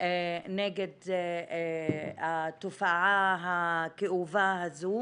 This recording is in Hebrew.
נגד התופעה הכאובה הזו.